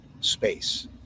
space